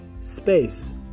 space